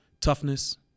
toughness